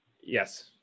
Yes